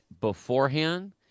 beforehand